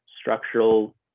structural